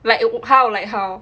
like how like how